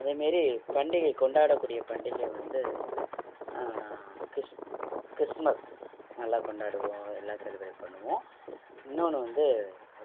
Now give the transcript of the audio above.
அதே மாரி பண்டிகை கொண்டாடக்கூடிய பண்டிகை வந்து கிறிஸ் கிறிஸ்துமஸ் நல்லா கொண்டாடுவோம் எல்லாம் செலிபிரேட் பண்ணுவோம் இன்னொன்னு வந்து